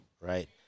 right